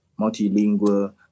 multilingual